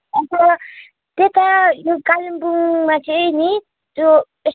अन्त त्यता यो कालिम्पोङमा चाहिँ नि त्यो यस्तो